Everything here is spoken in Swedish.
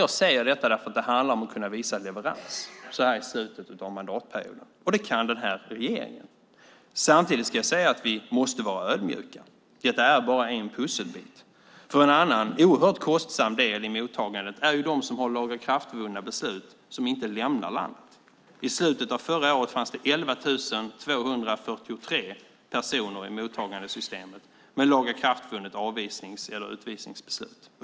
Jag säger detta därför att det handlar om att kunna visa leverans så här i slutet av mandatperioden, och det kan denna regering. Samtidigt ska jag säga att vi måste vara ödmjuka. Detta är bara en pusselbit, för en annan, oerhört kostsam, del i mottagandet är de som har lagakraftvunna beslut men inte lämnar landet. I slutet av förra året fanns 11 243 personer i mottagandesystemet med lagakraftvunnet avvisnings eller utvisningsbeslut.